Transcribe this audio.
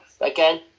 again